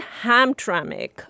Hamtramck